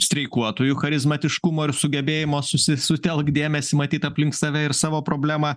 streikuotojų charizmatiškumo ir sugebėjimo susi sutelk dėmesį matyt aplink save ir savo problemą